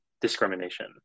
discrimination